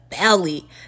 belly